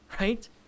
right